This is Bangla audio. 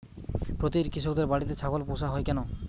প্রতিটি কৃষকদের বাড়িতে ছাগল পোষা হয় কেন?